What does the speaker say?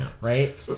Right